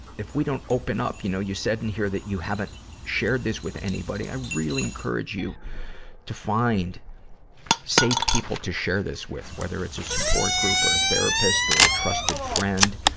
if we don't open up you know, you said in here that you haven't shared this anybody. i really encourage you to find safe people to share this with, whether it's a support group or a therapist or a trusted friend,